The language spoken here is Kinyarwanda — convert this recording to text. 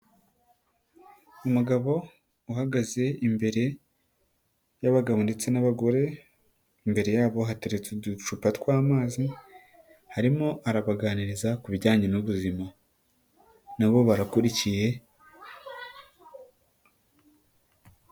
Umugabo uhagaze imbere y'abagabo ndetse n'abagore imbere yabo hateretse uducupa tw'amazi arimo arabaganiriza ku bijyanye n'ubuzima na bo barakurikiye.